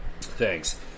Thanks